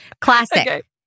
Classic